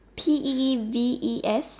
P E E V E S